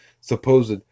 supposed